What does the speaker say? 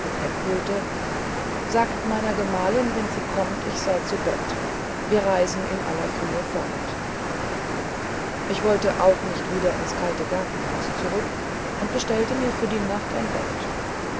gepäck holte sagt meiner gemahlin wenn sie kommt ich sei zu bett wir reisen in aller frühe fort ich wollte auch nicht wieder ins kalte gartenhaus zurück und bestellte mir für die nacht ein bett